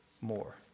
more